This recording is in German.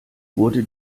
wurde